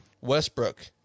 Westbrook